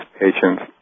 patients